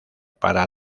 para